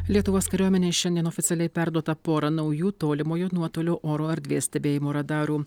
lietuvos kariuomenei šiandien oficialiai perduota porą naujų tolimojo nuotolio oro erdvės stebėjimo radarų